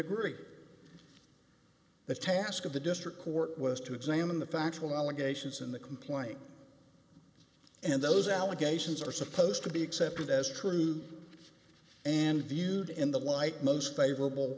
agree the task of the district court was to examine the factual allegations in the complaint and those allegations are supposed to be accepted as true and viewed in the light most favorable